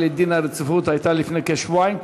את דין הרציפות הייתה לפני כשבועיים.